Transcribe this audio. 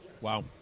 Wow